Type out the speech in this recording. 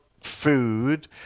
food